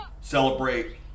celebrate